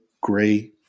gray